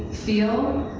feel,